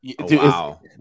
Wow